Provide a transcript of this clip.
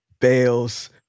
Bales